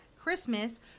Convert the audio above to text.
Christmas